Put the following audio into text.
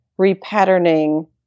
repatterning